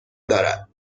دارد